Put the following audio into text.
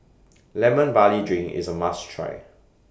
Lemon Barley Drink IS A must Try